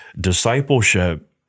discipleship